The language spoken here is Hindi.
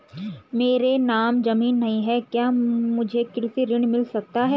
मेरे नाम ज़मीन नहीं है क्या मुझे कृषि ऋण मिल सकता है?